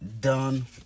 done